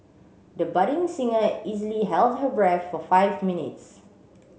the budding singer easily held her breath for five minutes